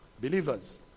Believers